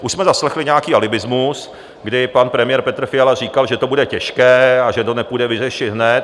Už jsme zaslechli nějaký alibismus, kdy pan premiér Petr Fiala říkal, že to bude těžké a že to nebude možné vyřešit hned.